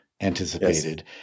anticipated